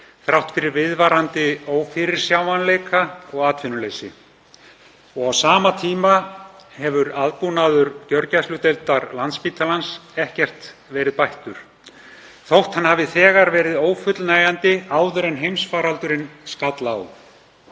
þrátt fyrir viðvarandi ófyrirsjáanleika og atvinnuleysi. Á sama tíma hefur aðbúnaður gjörgæsludeildar Landspítalans ekkert verið bættur þótt hann hafi þegar verið ófullnægjandi áður en heimsfaraldurinn skall á.